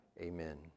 Amen